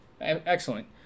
Excellent